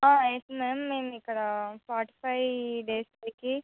yes ma'am మేమిక్కడ forty five డేస్కి